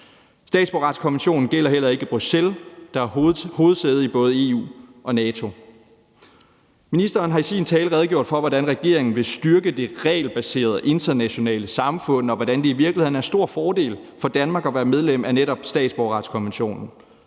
Statsborgerretskonventionen gælder heller ikke i Bruxelles, der er hovedsæde i både EU og NATO. Ministeren har i sin tale redegjort for, hvordan regeringen vil styrke det regelbaserede internationale samfund, og hvordan det i virkeligheden er en stor fordel for Danmark at være medlem af netop statsborgerretskonventionen.